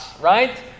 right